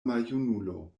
maljunulo